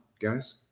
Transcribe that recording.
guys